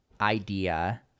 idea